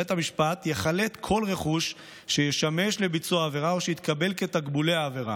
בית המשפט יחלט כל רכוש שישמש לביצוע העבירה או שיתקבל כתקבולי עבירה.